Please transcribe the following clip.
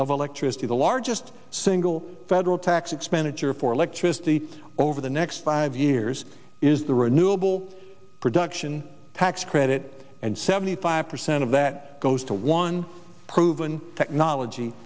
of electricity the largest single federal tax expenditure for electricity over the next five years is the renewable production tax credit and seventy five percent of that goes to one proven technology